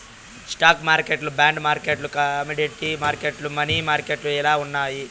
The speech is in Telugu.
స్టాక్ మార్కెట్లు బాండ్ మార్కెట్లు కమోడీటీ మార్కెట్లు, మనీ మార్కెట్లు ఇలా ఉన్నాయి